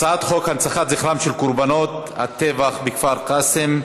הצעת חוק הנצחת זכרם של קורבנות הטבח בכפר קאסם,